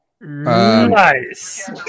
Nice